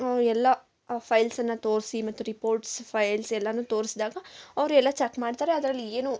ಎಲ್ಲ ಫೈಲ್ಸನ್ನು ತೋರಿಸಿ ಮತ್ತು ರಿಪೋರ್ಟ್ಸ್ ಫೈಲ್ಸ್ ಎಲ್ಲವೂ ತೋರಿಸ್ದಾಗ ಅವರು ಎಲ್ಲ ಚೆಕ್ ಮಾಡ್ತಾರೆ ಅದರಲ್ಲಿ ಏನು